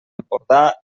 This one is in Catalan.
empordà